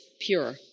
pure